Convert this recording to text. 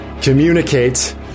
communicate